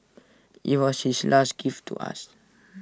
IT was his last gift to us